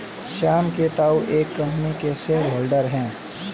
श्याम के ताऊ एक कम्पनी के शेयर होल्डर हैं